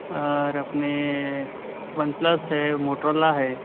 اور اپنے OnePlus ہے موٹورلا ہے